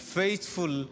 faithful